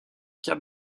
cap